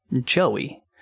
Joey